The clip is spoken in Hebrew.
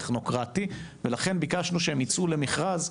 טכנוקרטי ולכן ביקשנו שהם ייצאו למכרז,